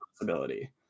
possibility